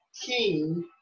king